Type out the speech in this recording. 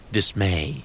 Dismay